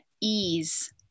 ease